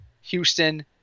Houston